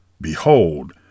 behold